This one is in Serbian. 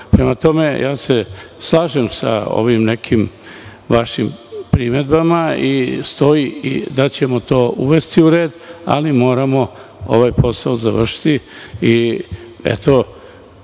roku. Prema tome, slažem se sa ovim nekim vašim primedbama i stoji da ćemo to uvesti u red, ali moramo ovaj posao završiti.